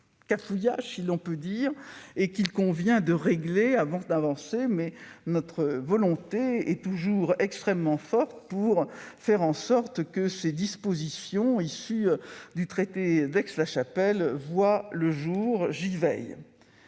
cafouillage, si l'on peut dire, qu'il convient de régler avant d'avancer, mais notre volonté est toujours extrêmement forte pour faire en sorte que ces dispositions issues du traité d'Aix-la-Chapelle voient le jour. J'y veille.